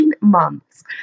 months